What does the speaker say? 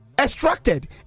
extracted